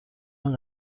این